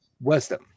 wisdom